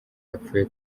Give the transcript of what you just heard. yapfuye